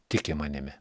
tiki manimi